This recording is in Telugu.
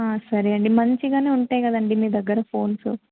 సరే అండి మంచిగానే ఉంటాయి కదండి మీ దగ్గర ఫోన్సు